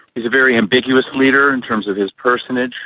he's a very ambiguous leader in terms of his personage.